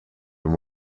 and